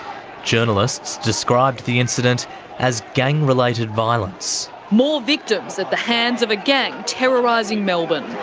journalists described the incident as gang-related violence. more victims at the hands of a gang terrorising melbourne.